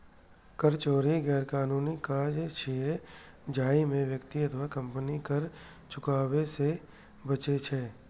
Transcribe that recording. कर चोरी गैरकानूनी काज छियै, जाहि मे व्यक्ति अथवा कंपनी कर चुकाबै सं बचै छै